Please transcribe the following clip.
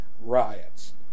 riots